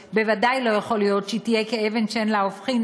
בוודאי שלא יכול להיות שהיא תהיה כאבן שאין לה הופכין,